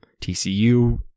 TCU